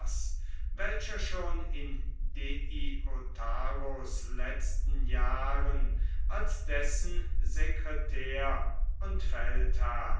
welcher schon in deiotarus letzten jahren als dessen sekretär und